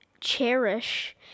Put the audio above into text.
cherish